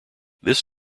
this